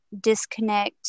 disconnect